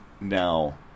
Now